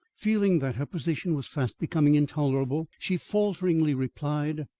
feeling that her position was fast becoming intolerable she falteringly replied,